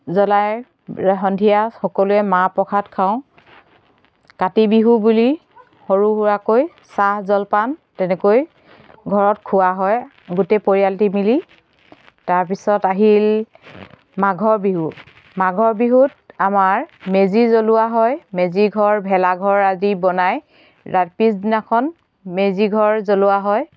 জ্বলাই সন্ধিয়া সকলোৱে মাহ প্ৰসাদ খাওঁ কাতি বিহু বুলি সৰু সুৰাকৈ চাহ জলপান তেনেকৈ ঘৰত খোৱা হয় ইগোটে পৰিয়ালটি মিলি তাৰপিছত আহিল মাঘৰ বিহু মাঘৰ বিহুত আমাৰ মেজি জ্বলোৱা হয় মেজিঘৰ ভেলাঘৰ আদি বনাই ৰা পিছদিনাখন মেজিঘৰ জ্বলোৱা হয়